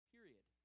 Period